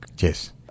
Yes